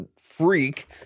freak